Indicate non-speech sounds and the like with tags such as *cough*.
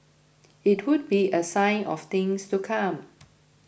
it would be a sign of things to come *noise*